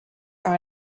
are